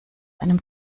einem